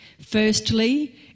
Firstly